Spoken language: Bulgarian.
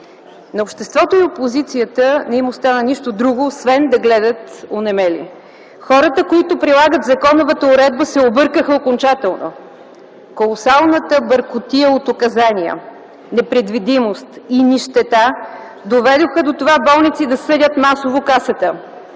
На обществото и опозицията не им остава нищо друго освен да гледат онемели! Хората, които прилагат законовата уредба се объркаха окончателно. Колосалната бъркотия от указания, непредвидимост и нищета доведоха до това болници да съдят масово Касата,